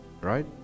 right